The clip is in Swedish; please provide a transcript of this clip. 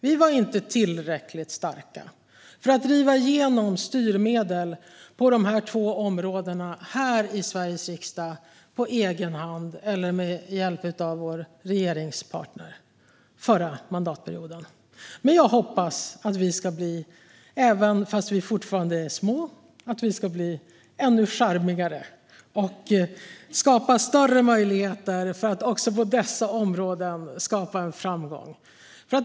Vi var inte tillräckligt starka för att driva igenom styrmedel på dessa båda områden här i Sveriges riksdag på egen hand eller med hjälp av vår regeringspartner förra mandatperioden. Men jag hoppas att vi, även om vi fortfarande är små, ska bli ännu charmigare och skapa bättre möjligheter att också på dessa områden skapa framgång.